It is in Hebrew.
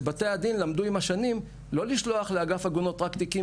שבתי הדין למדו עם השנים לא לשלוח לאגף עגונות רק תיקים